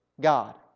God